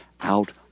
out